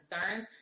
concerns